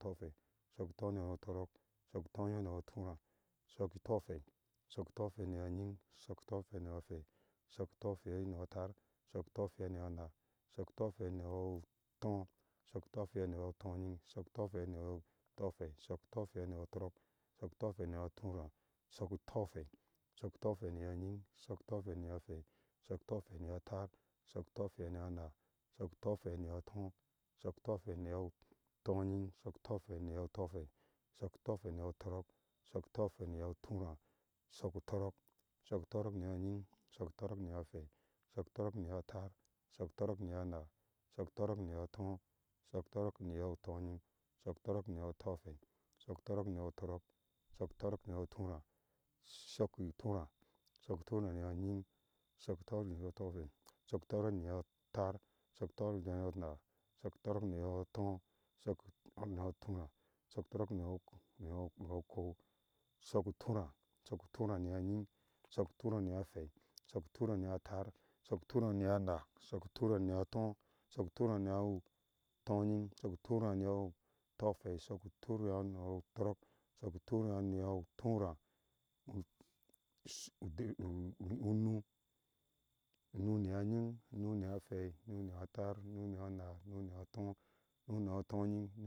Shɔku toŋying ŋiyɔɔ tɔrɔɔk shɔku toŋying ŋiyɔɔ turaa shɔku tɔhwei shɔku tɔhwei ŋiyɔɔŋuing shɔku tɔhwei ŋiyɔɔ hwei shɔku tɔhwei ŋiyɔɔ taar shɔku tɔhwei ŋiyɔɔ naa shɔku tɔhwei ŋiyɔɔ tɔɔ shɔku tɔhwei ŋiyɔɔ toŋying shɔku tɔhwei ŋiyɔɔ tohwei shɔku tɔhwei ŋiyɔɔ tɔrɔɔk shɔku tɔhwei ŋiyɔɔ tuuraa shɔku tɔhwei shɔku tɔhwei ŋiyɔɔ nying shɔku tɔhwei ŋiyɔɔ shɔku tɔhwei ŋiyɔɔ taar shɔku tɔhwei ŋiyɔɔ naa shɔku tɔhwei ŋiyɔɔ tɔɔ shɔku tɔhwei ŋiyɔɔ toŋying shɔku tɔhwei ŋiyɔɔ tɔhwei shɔku tɔhwei ŋiyɔɔ tɔrɔɔk shɔku tɔhwei ŋyɔɔ tɔrɔɔk shɔku tɔrɔɔk ŋiyɔɔ ŋying shɔku tɔrɔɔk ŋiyɔɔ hwei shɔku tɔrɔɔk ŋiyɔɔ taar shɔku tɔrɔɔk ŋiyɔɔ naa shɔku tɔrɔɔk ŋiyɔɔ tɔɔ shɔku tɔrɔɔk ŋiyɔɔ toŋying shɔku tɔrɔɔk ŋiyɔɔ tohwei shɔku tɔrɔɔk ŋiyɔɔ turaa ŋiyɔɔ ŋying shɔku tɔrɔɔk ŋiyɔɔ tɔhwei shɔku tɔrɔɔk ŋiyɔɔ taar shɔku tɔrɔɔk ŋiyɔɔ naa shɔku tɔrɔɔk ŋiyɔɔ tɔɔ shok anna uturaa shɔku tɔrɔɔk ŋiyɔɔ ok ŋiyɔɔ ɔkɔɔu shɔku uturaa ŋiyɔɔ ŋiyɔɔ shɔku uturaa ŋiyɔɔ hwei shɔku uturaa ŋiyɔɔ taar shɔku uturaa ŋiyɔɔ naa shɔku uturaa ŋiyɔɔ tɔɔ shɔku uturaa ŋiyɔɔ tɔŋyimg shɔku uturaa ŋiyɔɔ tɔhwei shɔku uturaa ŋiyɔɔ tɔrɔɔk shɔku uturaa ŋiyɔɔ turaa usued unu ŋiyɔɔ ŋyin unu ŋiyɔɔ hwei uŋu ŋiyɔɔ taar uŋu ŋiyɔɔ ŋaa uŋu ŋiyɔɔ tɔɔ uŋu ŋyɔɔ tɔŋying.